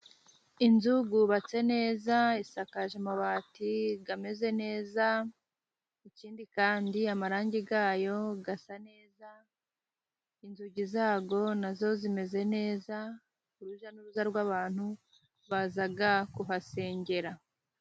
Inzu yubatse neza isakaje amabati ameze neza, ikindi kandi amarangi yayo asa neza inzugi zayo na zo zimeze neza, urujya n'uruza rw'abantu baza kuhasengera.